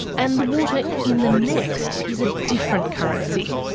and the water in the next is a different currency.